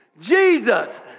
Jesus